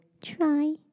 Try